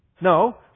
No